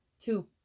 Two